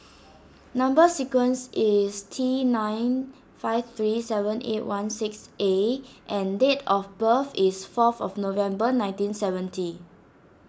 Number Sequence is T nine five three seven eight one six A and date of birth is four of November nineteen seventy